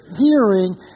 hearing